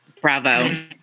Bravo